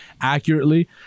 accurately